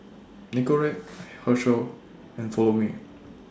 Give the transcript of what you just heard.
Nicorette Herschel and Follow Me